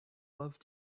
love